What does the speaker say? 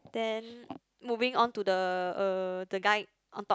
then moving on to the uh the guy on top